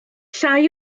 llai